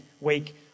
week